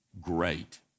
great